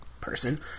person